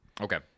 Okay